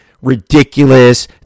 ridiculous